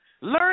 Learn